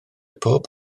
pob